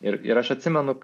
ir ir aš atsimenu